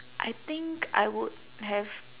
I think I would have